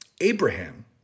Abraham